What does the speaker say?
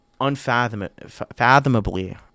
unfathomably